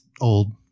old